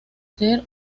ser